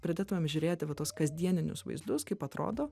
pradėtumėm žiūrėti va tuos kasdieninius vaizdus kaip atrodo